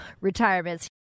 retirements